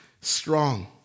strong